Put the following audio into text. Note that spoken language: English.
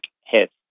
hits